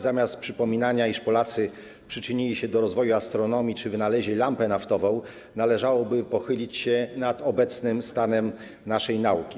Zamiast przypominania, iż Polacy przyczynili się do rozwoju astronomii czy wynaleźli lampę naftową, należałoby pochylić się nad obecnym stanem naszej nauki.